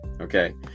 Okay